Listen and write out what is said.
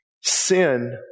Sin